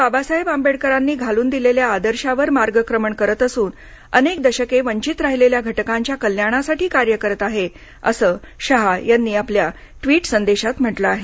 बाबासाहेब आंबेडकरांनी घालून दिलेल्या आदर्शावर मार्गक्रमण करत असून अनेक दशके वंचित राहिलेल्या घटकांच्या कल्याणासाठी कार्य करत आहे असे शहा यांनी आपल्या ट्वीट संदेशात म्हटले आहे